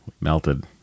melted